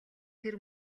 тэр